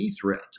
threat